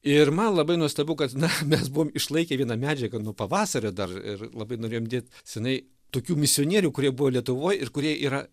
ir man labai nuostabu kad na mes buvom išlaikę vieną medžiagą nuo pavasario dar ir labai norėjom dėt senai tokių misionierių kurie buvo lietuvoj ir kurie yra